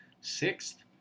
sixth